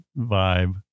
vibe